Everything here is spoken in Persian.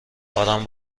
آرام